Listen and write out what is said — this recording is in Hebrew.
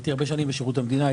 הייתי הרבה שנים בשירות המדינה.